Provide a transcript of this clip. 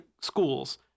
schools